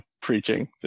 preaching